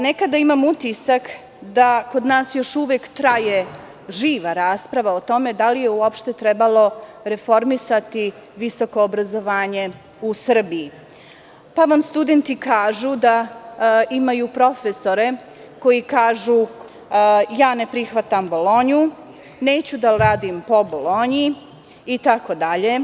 Nekada imam utisak da kod nas još uvek traje živa rasprava o tome da li je uopšte trebalo reformisati visoko obrazovanje u Srbiji, pa vam studenti kažu da imaju profesore koji kažu – ja ne prihvatam „Bolonju“, neću da radim po „Bolonji“ itd.